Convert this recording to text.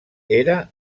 era